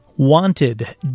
Wanted